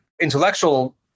intellectual